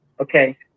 Okay